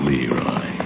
Leroy